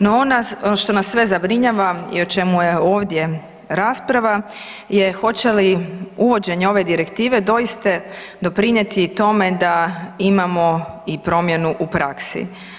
No ono što nas sve zabrinjava i o čemu je ovdje rasprava je hoće li uvođenje ove direktive doista doprinjeti tome da imamo i promjenu u praksu.